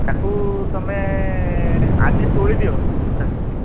ତାକୁ ତୁମେ ଆଜି ତୋଳିଦିଅ ରାତିରେ